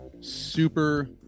super